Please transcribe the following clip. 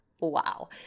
wow